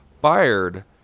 fired